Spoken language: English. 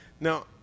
Now